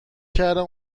کردم